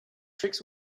tricks